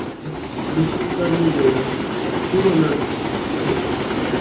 receive कर लीजिएगा ठीक है ना ठीक